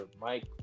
Mike